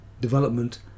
development